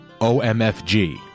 OMFG